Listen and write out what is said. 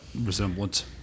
resemblance